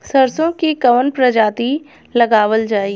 सरसो की कवन प्रजाति लगावल जाई?